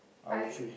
I